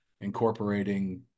incorporating